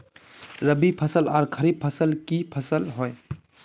रवि फसल आर खरीफ फसल की फसल होय?